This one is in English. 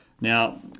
Now